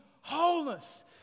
wholeness